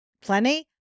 plenty